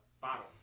bottom